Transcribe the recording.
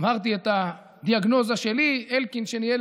אמרתי את הדיאגנוזה שלי: אלקין ניהל